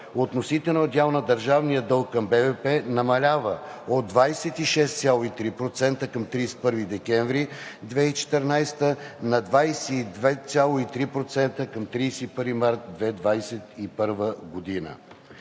относителният дял на държавния дълг към БВП намалява от 26,3% към 31 декември 2014 г. на 22,3% към 31 март 2021 г.